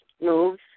moves